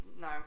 no